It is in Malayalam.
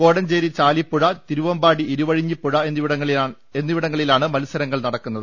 കോടഞ്ചേരി ചാലിപ്പുഴ തിരുവമ്പാടി ഇരുവഴിഞ്ഞിപ്പുഴ എന്നിവിടങ്ങളിലാണ് മത്സരങ്ങൾ നടക്കുന്നത്